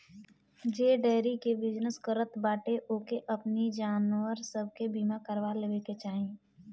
जे डेयरी के बिजनेस करत बाटे ओके अपनी जानवर सब के बीमा करवा लेवे के चाही